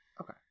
Okay